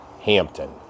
Hampton